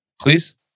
Please